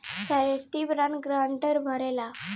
surety bond guarantor भरेला